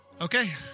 Okay